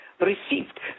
received